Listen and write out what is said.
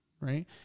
right